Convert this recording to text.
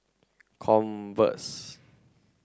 converse